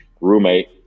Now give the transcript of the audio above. roommate